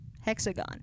hexagon